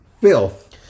Filth